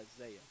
Isaiah